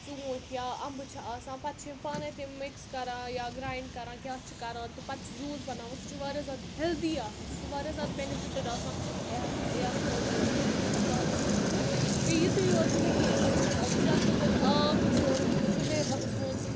ژوٗنٛٹھۍ یا اَمبہٕ چھِ آسان پَتہٕ چھِ یِم پانے تِم مِکٕس کَران یا گرٛایِنٛڈ کَران کیاہ چھُ کَران تہٕ پَتہٕ چھُ جوٗس بَناوان سُہ چھُ واریاہ زیادٕ ہیٚلدی آسان سُہ چھُ واریاہ زیادٕ بیٚنِفِٹٕڈ آسان یَتھ خٲطرٕ مطلب پانَس خٲطرٕ بیٚیہِ یُتُے یوت نہٕ کینٛہہ زیادٕ کھۄتہٕ زیادٕ آب چٮ۪وٚن سُلے وۄتھُن